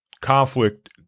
conflict